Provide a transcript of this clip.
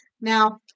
now